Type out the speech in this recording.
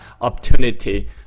opportunity